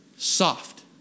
soft